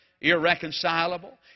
irreconcilable